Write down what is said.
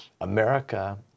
America